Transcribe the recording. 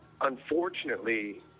unfortunately